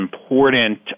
important